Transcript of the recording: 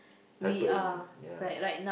happen ya